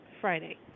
Friday